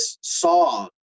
saw